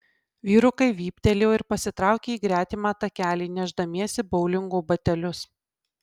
vyrukai vyptelėjo ir pasitraukė į gretimą takelį nešdamiesi boulingo batelius